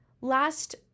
Last